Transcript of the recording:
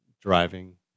driving